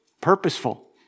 purposeful